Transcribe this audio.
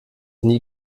nie